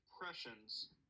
Impressions